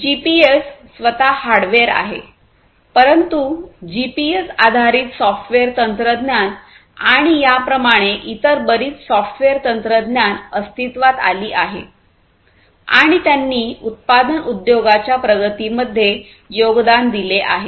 GPS स्वतः hardware आहे परंतु जीपीएस आधारित सॉफ्टवेअर तंत्रज्ञान आणि याप्रमाणे इतर बरीच सॉफ्टवेअर तंत्रज्ञान अस्तित्त्वात आली आहे आणि त्यांनी उत्पादन उद्योगांच्या प्रगती मध्ये योगदान दिले आहे